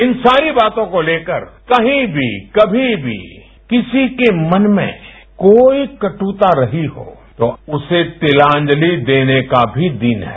इन सारी बातों को लेकर कहीं भी कभी भी किसी के मन में कोई कट्टता रही हो तो उसे तिलांजलि देने का भी दिन है